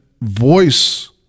voice